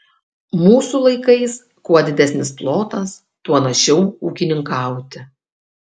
mūsų laikais kuo didesnis plotas tuo našiau ūkininkauti